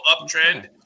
uptrend